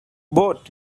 both